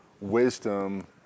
wisdom